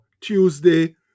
Tuesday